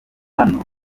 hano